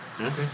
Okay